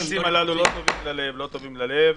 הלחצים הללו לא טובים ללב, לא טובים ללב.